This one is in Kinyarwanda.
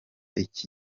iki